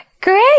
great